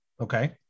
Okay